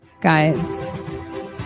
Guys